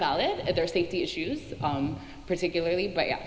valid and their safety issues particularly but yeah